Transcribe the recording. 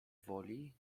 woli